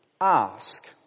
ask